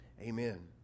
Amen